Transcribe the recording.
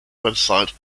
website